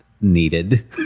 needed